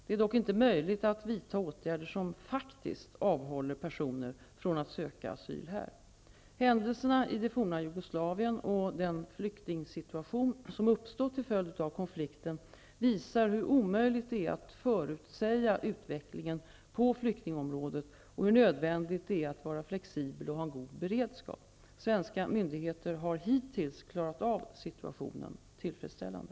Det är dock inte möjligt att vidta åtgärder som faktiskt avhåller personer från att söka asyl här. Händelserna i det forna Jugoslavien och den flyktingsituation som uppstått till följd av konflikten, visar hur omöjligt det är att förutsäga utvecklingen på flyktingområdet och hur nödvändigt det är att vara flexibel och ha en god beredskap. Svenska myndigheter har hittills klarat av situationen tillfredsställande.